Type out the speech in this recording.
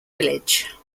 village